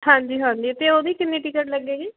ਹਾਂਜੀ ਹਾਂਜੀ ਅਤੇ ਉਹਦੀ ਕਿੰਨੀ ਟਿਕਟ ਲੱਗੇਗੀ